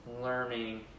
learning